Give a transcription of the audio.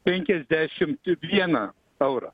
penkiasdešimt vieną eurą